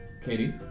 Katie